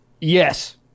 Yes